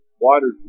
waters